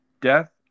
Death